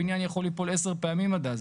הבניין יכול ליפול עשר פעמים עד אז.